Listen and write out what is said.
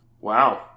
Wow